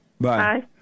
Bye